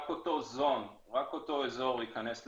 רק אותו אזור ייכנס לבידוד.